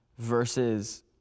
versus